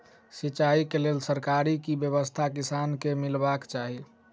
सिंचाई केँ लेल सरकारी की व्यवस्था किसान केँ मीलबाक चाहि?